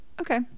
Okay